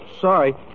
Sorry